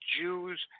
Jews